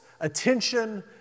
attention